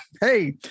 hey